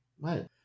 Right